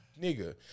nigga